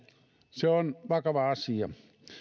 se on vakava asia